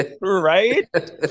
Right